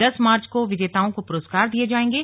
दस मार्च को विजेताओं को पुरस्कार दिये जाएंगे